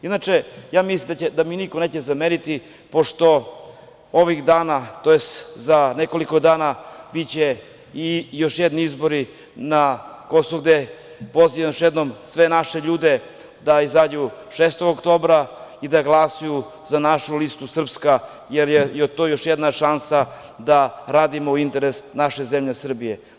Inače, ja mislim da mi niko neće zameriti pošto ovih dana tj. za nekoliko dana biće i još jedni izbori na Kosovu, gde pozivam još jednom sve naše ljude da izađu 6. oktobra i da glasaju za našu listu „Srpska“, jer je to još jedna šansa da radimo u interesu naše zemlje Srbije.